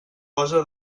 posa